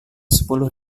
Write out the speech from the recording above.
sepuluh